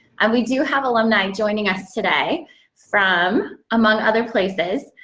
and we do have alumni joining us today from among other places,